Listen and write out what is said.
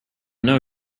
know